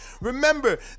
remember